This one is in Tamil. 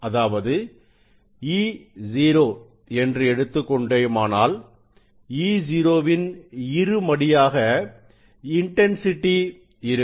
அதாவது e0 என்று எடுத்துக் கொண்டோமானால் e0 வின் இருமடியாக இன்டன்சிட்டி இருக்கும்